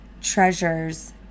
treasures